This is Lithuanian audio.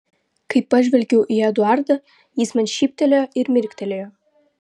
kai pažvelgiau į eduardą jis man šyptelėjo ir mirktelėjo